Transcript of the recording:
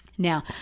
Now